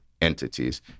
entities